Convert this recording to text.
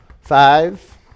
Five